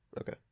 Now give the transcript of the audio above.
okay